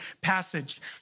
passage